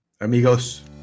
Amigos